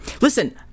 Listen